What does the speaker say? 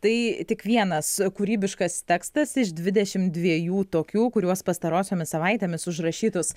tai tik vienas kūrybiškas tekstas iš dvidešimt dviejų tokių kuriuos pastarosiomis savaitėmis užrašytus